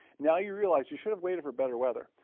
now, you realize you should have waited for better weather.